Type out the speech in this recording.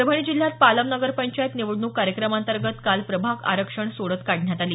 परभणी जिल्ह्यात पालम नगर पंचायत निवडणूक कार्यक्रमांतर्गत काल प्रभाग आरक्षण सोडत काढण्यात आली